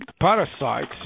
parasites